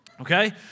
okay